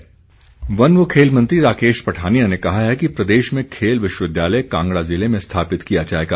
one मंत्री वन व खेल मंत्री राकेश पठानिया ने कहा है कि प्रदेश में खेल विश्वविद्यालय कांगड़ा जिले में स्थापित किया जाएगा